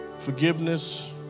Forgiveness